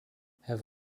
have